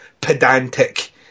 pedantic